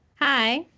Hi